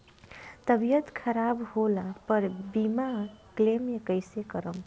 तबियत खराब होला पर बीमा क्लेम कैसे करम?